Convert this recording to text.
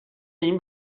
این